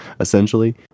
essentially